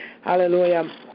Hallelujah